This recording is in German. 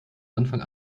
anfang